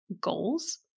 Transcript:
goals